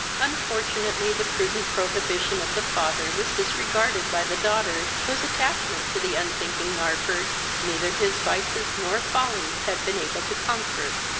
unfortunately the prudent prohibition of the father was disregarded by the daughter, whose attachment to the unthinking narford neither his vices nor follies had been able to conquer.